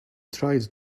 tried